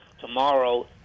Tomorrow